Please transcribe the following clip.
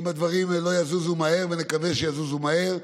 אם הדברים לא יזוזו מהר, ונקווה שיזוזו מהר,